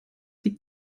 sie